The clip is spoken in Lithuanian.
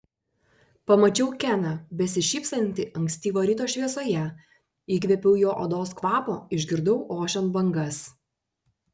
pamačiau keną besišypsantį ankstyvo ryto šviesoje įkvėpiau jo odos kvapo išgirdau ošiant bangas